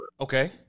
Okay